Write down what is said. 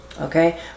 Okay